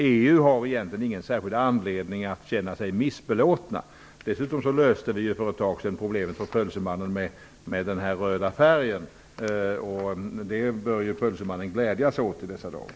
EU har egentligen inte någon särskild anledning att känna sig missbelåtet. Dessutom löstes Pölsemannens problem med den röda färgen. Det bör Pölsemannen glädjas åt i dessa dagar.